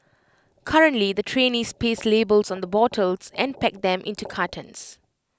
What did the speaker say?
currently the trainees paste labels on the bottles and pack them into cartons